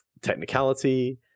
technicality